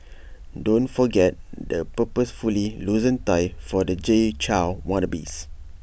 don't forget the purposefully loosened tie for the Jay Chou wannabes